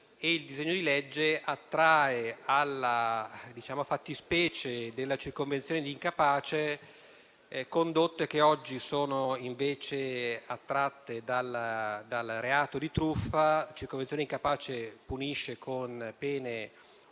Il disegno di legge attrae alla fattispecie della circonvenzione di incapace condotte che oggi sono invece attratte dal reato di truffa. La circonvenzione di incapace punisce con pene